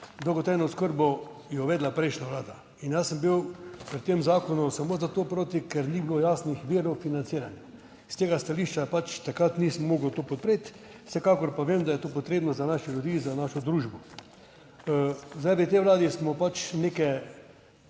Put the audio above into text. dolgotrajno oskrbo je uvedla prejšnja vlada. In jaz sem bil pri tem zakonu samo za to proti, ker ni bilo jasnih virov financiranja. S tega stališča pač takrat nisem mogel to podpreti. Vsekakor pa vem, da je to potrebno za naše ljudi, za našo družbo. Zdaj, v tej vladi smo pač neke